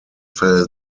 fell